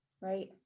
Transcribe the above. Right